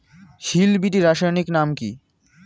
Hill BT রাসায়নিক নাম কি?